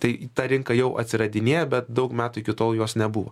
tai ta rinka jau atsiradinėja bet daug metų iki tol jos nebuvo